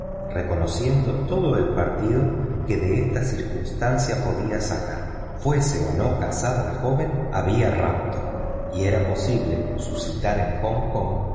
reconociendo todo el partido que de esta circunstancia podía sacar fuese o no casada la joven había rapto y era posible suscitar en hong kong